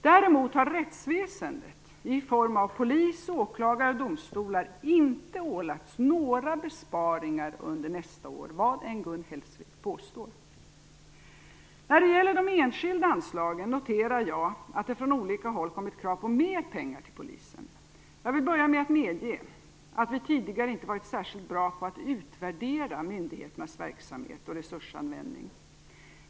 Däremot har rättsväsendet i form av polis, åklagare och domstolar inte ålagts några besparingar under nästa år, vad än Gun Hellsvik påstår. När det gäller de enskilda anslagen noterar jag att det från olika håll kommer krav på mer pengar till polisen. Jag vill börja med att medge att vi tidigare inte varit särskilt bra på att utvärdera myndigheternas verksamhet och resursanvändning.